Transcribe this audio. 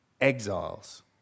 exiles